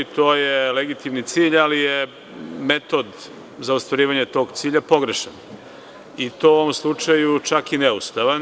To je legitiman cilj, ali je metod za ostvarivanje tog cilja pogrešan, a u ovom slučaju čak i neustavan.